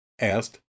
asked